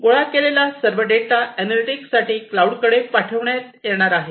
गोळा केलेला सर्व डेटा अॅनालॅटिक्स साठी क्लाऊड कडे पाठविण्यात येणार आहे